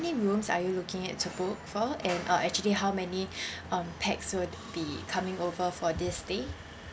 ~ny rooms are you looking at to book for and uh actually how many um pax would be coming over for this day